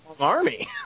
army